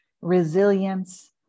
resilience